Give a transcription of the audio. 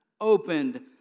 opened